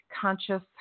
conscious